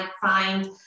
find